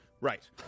Right